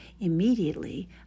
immediately